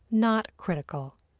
not critical.